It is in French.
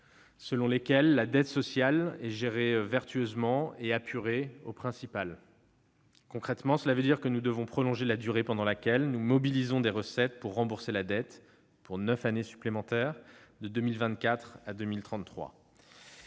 selon lesquels la dette sociale est gérée vertueusement et apurée au principal. Concrètement, cela signifie que nous devons prolonger la durée pendant laquelle nous mobilisons des recettes pour rembourser la dette pour neuf années supplémentaires, de 2024 à 2033.